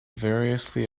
variously